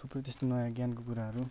थुप्रै त्यस्तो नयाँ ज्ञानको कुराहरू